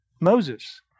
Moses